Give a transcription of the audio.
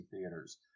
theaters